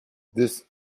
this